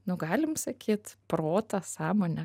nu galim sakyt protą sąmonę